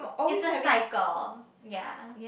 it's a cycle ya